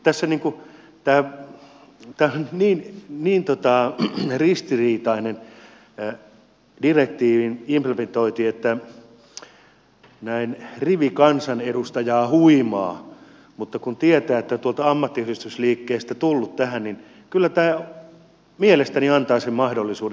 tämä on nyt niin ristiriitainen direktiivin implementointi että näin rivikansanedustajaa huimaa mutta kun tietää ja on tuolta ammattiyhdistysliikkeestä tullut tähän niin kyllä tämä mielestäni antaa sen mahdollisuuden